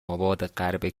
آبادغرب